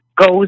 goes